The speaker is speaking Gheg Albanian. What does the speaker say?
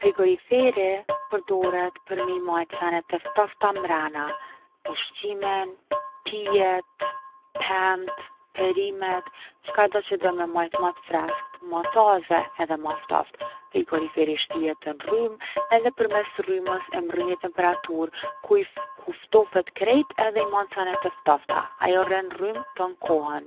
Frigoriferi përdoret për me i majt senet e ftofta mrena. Ushqimin, pijet, pemt, perimet, çkado që don me majt ma freskt, ma taze, ma ftoft. Frigoriferi shtihet n’rrymë edhe përmes rrymës e mrrin ni temperaturë ku i- ku ftofet krejt edhe i man senet e ftofta. Ajo rrin n’rrymë ton kohën.